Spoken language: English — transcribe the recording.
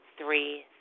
three